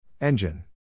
Engine